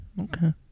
okay